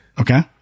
Okay